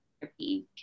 therapy